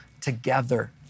Together